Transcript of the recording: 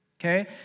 Okay